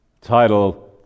Title